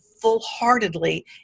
full-heartedly